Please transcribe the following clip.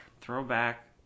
Throwback